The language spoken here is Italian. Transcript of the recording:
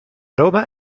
roma